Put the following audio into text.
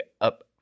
up